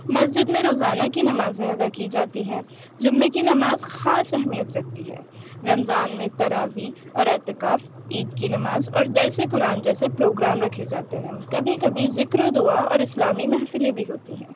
مسجد میں روزانہ کی نمازیں ادا کی جاتی ہیں جمہ کی نماز خاص اہمیت رکھتی ہے رمضان میں تراویح اور اعتکاف عید کی نماز اور درس قرآن جیسے پروگرام رکھے جاتے ہیں کبھی کبھی ذکر و دعا اور اسلامی محفلیں بھی ہوتی ہیں